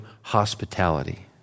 hospitality